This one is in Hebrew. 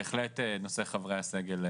בהחלט נושא חברי הסגל,